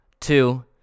two